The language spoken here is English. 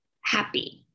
happy